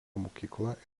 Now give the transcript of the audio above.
mokykla